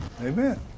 Amen